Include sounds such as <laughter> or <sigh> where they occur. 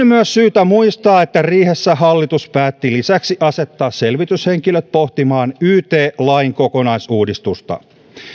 <unintelligible> myös syytä muistaa että riihessä hallitus päätti lisäksi asettaa selvityshenkilöt pohtimaan yt lain kokonaisuudistusta